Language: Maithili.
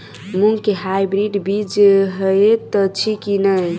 मूँग केँ हाइब्रिड बीज हएत अछि की नै?